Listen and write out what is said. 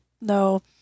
no